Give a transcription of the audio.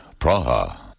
Praha